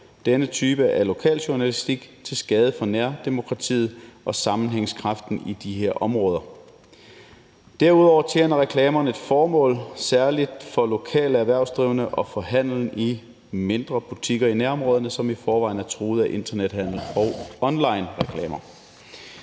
denne type af lokaljournalistik til skade for nærdemokratiet og sammenhængskraften i de her områder. Derudover tjener reklamerne et formål, særlig for lokale erhvervsdrivende og for handelen i mindre butikker i nærområderne, som i forvejen er truet af internethandel og onlinereklamer.